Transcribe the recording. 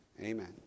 Amen